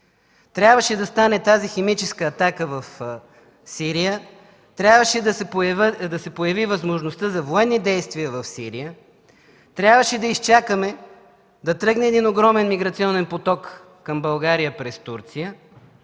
Трябваше да стане тази химическа атака в Сирия, трябваше да се появи възможността за военни действия в Сирия, трябваше да изчакаме да тръгне огромен миграционен поток към България през Турция